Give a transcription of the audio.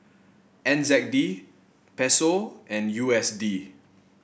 N Z D Peso and U S D